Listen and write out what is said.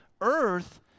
earth